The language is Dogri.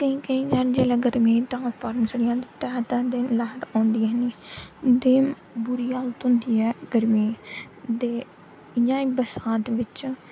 क्योंकि जेल्लै गर्मियें च ट्रांसफार्मर सड़ी जंदे ते त्रै त्रै दिन लाइट औंदी गै निं इन्नी बुरी हालत होंदी ऐ गर्मी च ते इ'यां ई बरसांत बिच